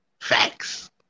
Facts